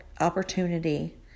opportunity